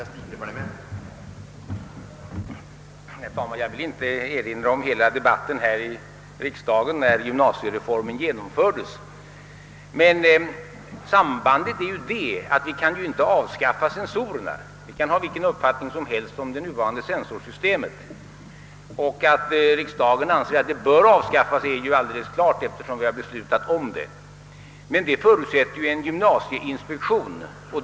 Herr talman! Jag vill inte erinra om hela den debatt som förekom här i riksdagen när gymnasiereformen genomfördes, men sambandet ligger däri att vi inte nu kan avskaffa censorerna. Vi kan ha vilken uppfattning som helst om det nuvarande censorssystemet. Att riksdåägen anser att det bör avskaffas är alldeles klart, eftersom vi har beslutat därom. Men det förutsätter en gymnasieinspektion.